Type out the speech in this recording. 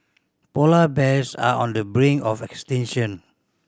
polar bears are on the brink of extinction